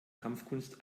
kampfkunst